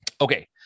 Okay